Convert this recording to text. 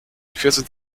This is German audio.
vierzehn